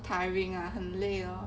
tiring ah 很累 lor